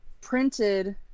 printed